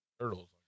Turtles